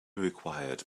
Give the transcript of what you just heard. required